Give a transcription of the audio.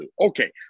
okay